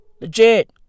Legit